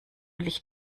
licht